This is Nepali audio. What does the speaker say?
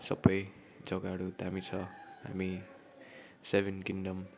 सबै जग्गाहरू दामी छ हामी सेभेन किङ्डम